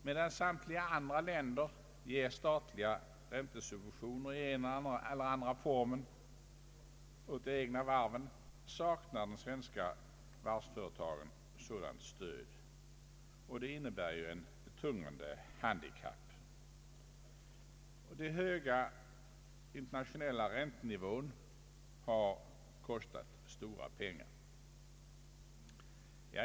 Medan samtliga andra länder ger statliga räntesubventioner i den ena eller den andra formen åt de egna varven, saknar de svenska varvsföretagen sådant stöd, och det innebär ju ett betungande handikapp. Den höga internationella räntenivån har kostat stora summor.